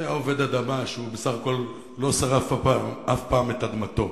זה היה עובד אדמה שבסך הכול לא שרף אף פעם את אדמתו.